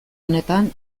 honetan